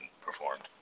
performed